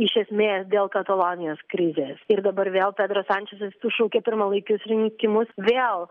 iš esmės dėl katalonijos krizės ir dabar vėl pedro sančesas sušaukė pirmalaikius rinkimus vėl